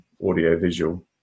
audiovisual